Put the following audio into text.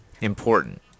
important